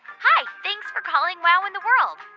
hi. thanks for calling wow in the world.